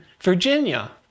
Virginia